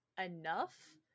enough